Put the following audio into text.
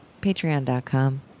patreon.com